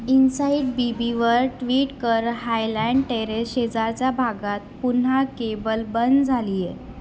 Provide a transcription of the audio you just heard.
इन्साईटबीबीवर tweet कर Highland Terrace शेजारच्या भागात पुन्हा केबल बंद झालीये